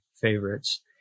favorites